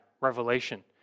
Revelation